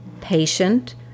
patient